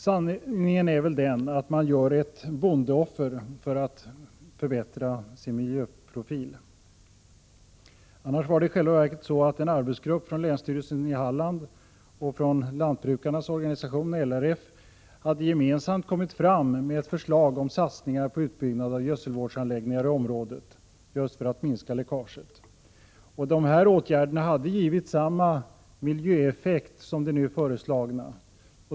Sanningen är väl den att man gör ett bondeoffer för att förbättra sin miljöprofil. En arbetsgrupp från länsstyrelsen i Halland och från lantbrukarnas organisation, LRF, hade gemensamt kommit med förslag om satsningar på utbyggnad av gödselvårdsanläggningar i området, just för att minska läckaget. Dessa åtgärder hade givit samma miljöeffekt som de nu föreslagna.